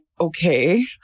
okay